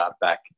back